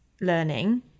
learning